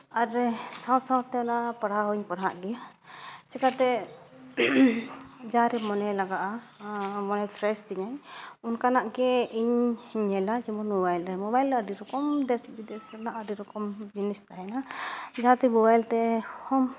ᱟᱨ ᱥᱟᱶ ᱥᱟᱶᱛᱮ ᱱᱚᱣᱟ ᱯᱟᱲᱦᱟᱣ ᱦᱚᱸᱧ ᱯᱟᱲᱦᱟᱜ ᱜᱮᱭᱟ ᱪᱤᱠᱟᱹᱛᱮ ᱡᱟᱦᱟᱸᱨᱮ ᱢᱚᱱᱮ ᱞᱟᱜᱟᱜᱼᱟ ᱢᱚᱱᱮ ᱯᱷᱨᱮᱥ ᱛᱤᱧᱟᱹᱧ ᱚᱱᱠᱟᱱᱟᱜ ᱜᱮ ᱤᱧ ᱧᱮᱞᱟ ᱡᱮᱢᱚᱱ ᱢᱳᱵᱟᱭᱤᱞ ᱢᱳᱵᱟᱭᱤᱞ ᱨᱮ ᱟᱹᱰᱤ ᱨᱚᱠᱚᱢ ᱫᱮᱥ ᱵᱤᱫᱮᱥ ᱨᱮᱱᱟᱜ ᱟᱹᱰᱤ ᱨᱚᱠᱚᱢ ᱡᱤᱱᱤᱥᱞ ᱛᱟᱦᱮᱱᱟ ᱡᱟᱦᱟᱸᱛᱮ ᱢᱳᱵᱟᱭᱤᱞ ᱛᱮ ᱦᱚᱸ